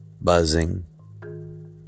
Buzzing